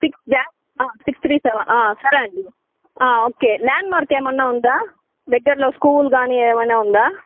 six dash six three seven సరేనండి okay landmark ఏమన్నా ఉందా దగ్గరలో స్కూల్ కాని ఏమైనా ఉందా